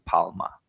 Palma